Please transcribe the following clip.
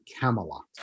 Camelot